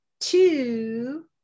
two